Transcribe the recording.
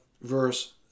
verse